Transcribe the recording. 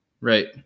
Right